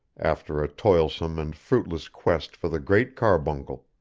after a toilsome and fruitless quest for the great carbuncle.